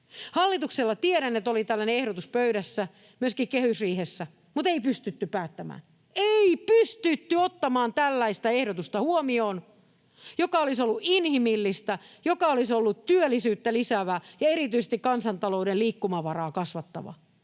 Hallituksella, tiedän, oli tällainen ehdotus pöydässä myöskin kehysriihessä, mutta ei pystytty päättämään — ei pystytty ottamaan huomioon tällaista ehdotusta, joka olisi ollut inhimillinen, joka olisi ollut työllisyyttä lisäävä ja erityisesti kansantalouden liikkumavaraa kasvattava,